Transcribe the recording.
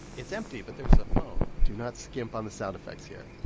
it's empty. but there's a phone do not skimp on the sound effects here